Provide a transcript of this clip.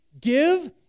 Give